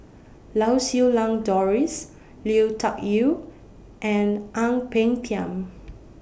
Lau Siew Lang Doris Lui Tuck Yew and Ang Peng Tiam